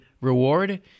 reward